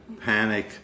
panic